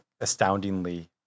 astoundingly